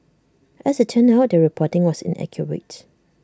as IT turned out the reporting was inaccurate